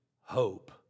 hope